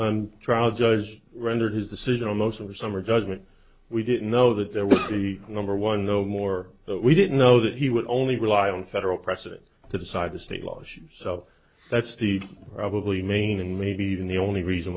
the trial judge rendered his decision on most of the summary judgment we didn't know that there would be number one no more we didn't know that he would only rely on federal precedent to decide the state laws so that's the probably main and maybe even the only reason